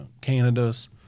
canadas